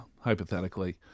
hypothetically